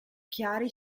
chiari